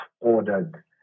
ordered